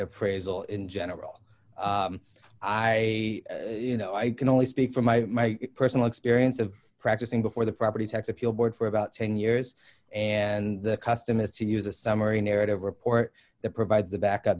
appraisal in general i know i can only speak from my personal experience of practicing before the property tax appeal board for about ten years and the custom is to use a summary narrative report that provides the backup